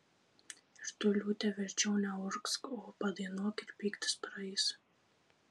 ir tu liūte verčiau neurgzk o padainuok ir pyktis praeis